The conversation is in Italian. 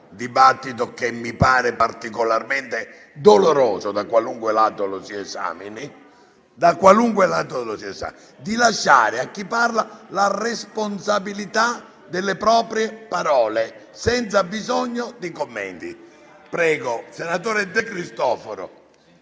dibattito, che mi pare particolarmente doloroso, da qualunque lato lo si esamini, di lasciare a chi parla la responsabilità delle proprie parole, senza bisogno di commenti. È iscritto a parlare il senatore De Cristofaro.